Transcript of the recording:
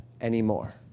anymore